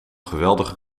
geweldige